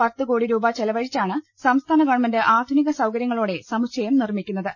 പത്ത്കോടി രൂപ ചെലവഴിച്ചാണ് സംസ്ഥാന ഗവൺമെന്റ് ആധുനിക സൌകര്യങ്ങളോടെ സമുച്ചയം നിർമിക്കു ന്നത്